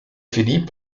finit